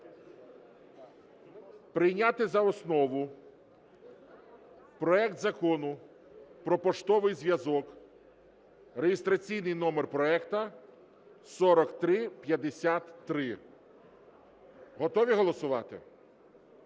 прийняти за основу проект Закону "Про поштовий зв'язок" (реєстраційний номер проекту 4353). Готові голосувати?